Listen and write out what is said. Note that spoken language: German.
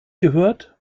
gehört